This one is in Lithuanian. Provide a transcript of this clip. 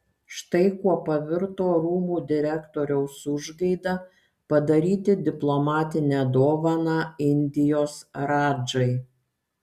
štai kuo pavirto rūmų direktoriaus užgaida padaryti diplomatinę dovaną indijos radžai